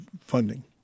funding